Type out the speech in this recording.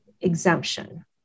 exemption